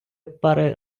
пари